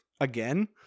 again